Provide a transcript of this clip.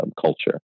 culture